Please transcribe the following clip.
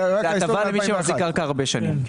זאת הטבה למי שמחזיק קרקע הרבה שנים.